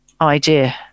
idea